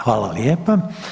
Hvala lijepa.